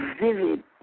vivid